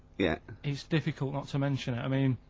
yeah it's difficult not to mention it, i mean.